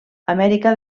amèrica